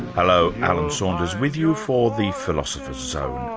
hello, alan saunders with you for the philosopher's so